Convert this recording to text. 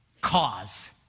cause